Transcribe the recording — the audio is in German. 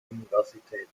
universität